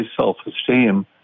self-esteem